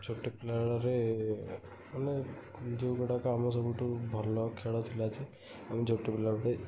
ଛୋଟ ପିଲାବେଳରେ ମାନେ ଯେଉଁ ଗୁଡ଼ାକ ଆମ ସବୁଠୁ ଭଲ ଖେଳ ଥିଲା ଆମେ ଛୋଟ ପିଲାବେଳେ